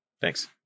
Thanks